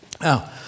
Now